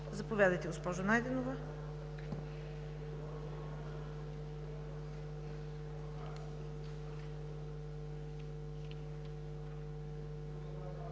Заповядайте, госпожо Найденова.